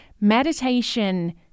meditation